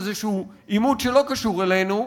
איזשהו עימות שלא קשור אלינו,